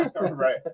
Right